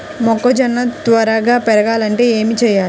మొక్కజోన్న త్వరగా పెరగాలంటే ఏమి చెయ్యాలి?